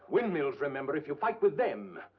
windmills, remember, if you fight with them,